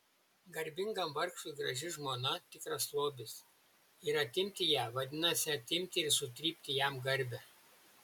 garbingam vargšui graži žmona tikras lobis ir atimti ją vadinasi atimti ir sutrypti jam garbę